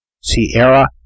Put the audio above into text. Sierra